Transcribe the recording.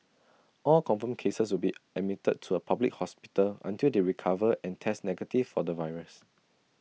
all confirmed cases will be admitted to A public hospital until they recover and test negative for the virus